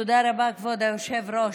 תודה רבה, כבוד היושב-ראש.